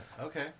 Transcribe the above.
Okay